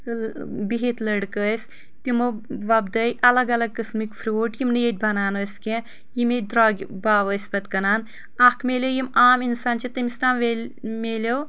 بہتھ لڑکہٕ ٲسۍ تمو ووپدٲے الگ الگ قسمٕکۍ فروٹ یم نہِ ییٚتہِ بنان ٲسۍ کینٛہہ یم ییٚتہِ درۄگہِ باوِ ٲسۍ پتہٕ کٕنان اکھ مِلے یم عام انسان چھِ تٔمِس تام ملیو